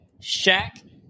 shaq